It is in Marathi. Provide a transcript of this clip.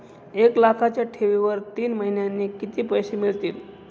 एक लाखाच्या ठेवीवर तीन महिन्यांनी किती पैसे मिळतील?